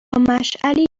مشعلی